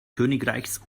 königreichs